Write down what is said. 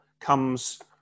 comes